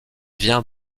vient